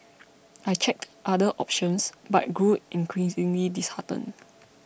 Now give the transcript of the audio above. I checked other options but grew increasingly disheartened